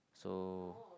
so